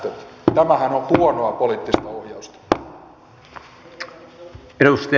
tämähän on huonoa poliittista ohjausta